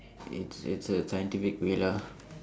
it's it's a scientific way lah